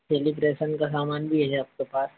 celebration का सामान भी है आपके पास